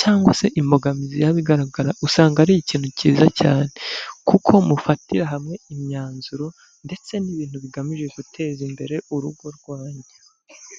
cyangwa se imbogamizi yaba igaragara, usanga ari ikintu cyiza cyane, kuko mufatira hamwe imyanzuro ndetse n'ibintu bigamije guteza imbere urugo rwanyu.